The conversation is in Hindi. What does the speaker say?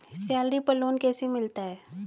सैलरी पर लोन कैसे मिलता है?